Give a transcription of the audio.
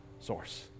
source